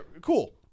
Cool